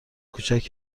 کوچک